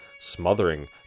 smothering